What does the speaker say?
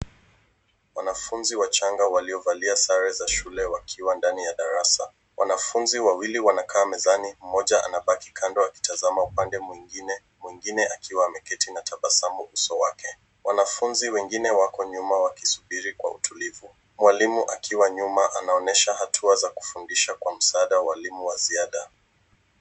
Wanafunzi wachanga waliovalia sare za shule wakiwa ndani ya darasa. Wanafunzi wawili wanakaa darasani, mmoja snabali kando akitazama upande mwingine, mwingine akiwa ameketi na tabasamu uso wake. Wanafunzi wengine wako nyumba wakisubiri kwa utulivu. Mwalimu akiwa nyuma anaonyesha hatua za kufundisha kwa msaada wa walimu wa ziada.